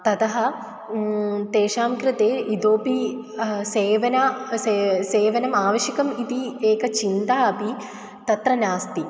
ततः तेषां कृते इतोऽपि सेवना सा सेवनम् आवश्यकम् इति एका चिन्ता अपि तत्र नास्ति